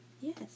Yes